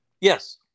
Yes